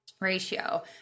ratio